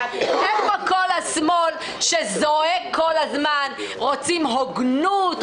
איפה כל השמאל שזועק כל הזמן שרוצים הוגנות,